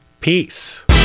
Peace